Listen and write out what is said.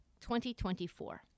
2024